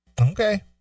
Okay